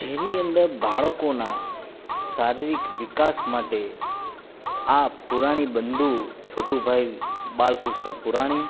જેની અંદર બાળકોના શારીરિક વિકાસ માટે આ પુરાણી બંધુ છોટુભાઈ બાલકૃષ્ણ પુરાણી